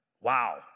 Wow